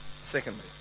Secondly